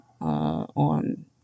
on